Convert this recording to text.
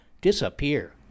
disappear